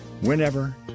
whenever